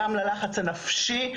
גם ללחץ הנפשי.